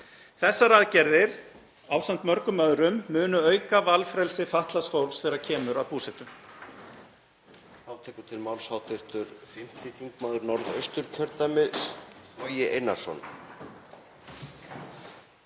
Þessar aðgerðir ásamt mörgum öðrum munu auka valfrelsi fatlaðs fólks þegar kemur að búsetu.